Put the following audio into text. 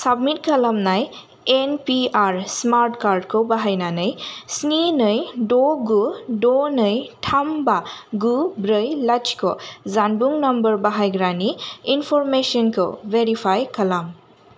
submit खालामनाय N P R smart कार्डखौ बाहायनानै स्नि नै द' गु द' नै थाम बा गु ब्रै लाथिख जानबुं नम्बर बाहायग्रानि इनफ'रमेसनखौ भेरिफाइ खालाम